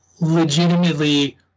legitimately